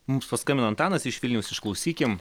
mums paskambino antanas iš vilniaus išklausykim